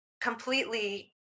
completely